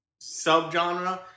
subgenre